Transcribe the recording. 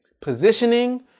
positioning